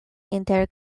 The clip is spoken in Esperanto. inter